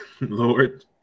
Lord